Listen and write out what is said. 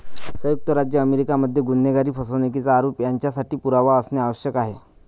संयुक्त राज्य अमेरिका मध्ये गुन्हेगारी, फसवणुकीचा आरोप यांच्यासाठी पुरावा असणे आवश्यक आहे